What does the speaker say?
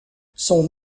son